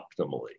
optimally